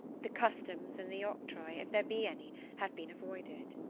the customs and the octroi, if there be any, have been avoided.